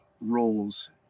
roles